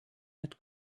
had